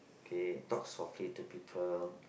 okay talk softly to people